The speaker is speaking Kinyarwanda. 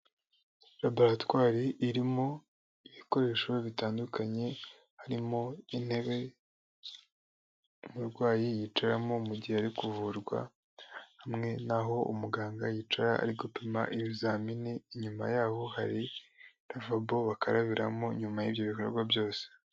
Laboratwari irimo ibikoresho bitandukanye, harimo intebe umurwayi yicaramo mu gihe ari kuvurwa, hamwe n'aho umuganga yicara ari gupima ibizamini, inyuma yaho hari ravabo bakarabimo nyuma y'ibyo bikorwa byose.